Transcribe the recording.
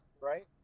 Right